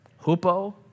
Hupo